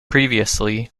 previously